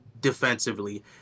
defensively